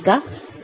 वहां पर y x है